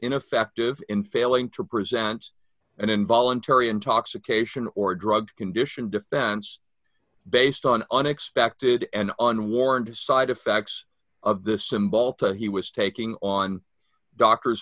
ineffective in failing to present an involuntary intoxication or drug condition defense based on unexpected and unwarranted side effects of the cymbalta he was taking on doctor's